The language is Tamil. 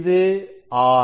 இது R